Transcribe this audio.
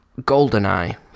GoldenEye